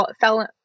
fell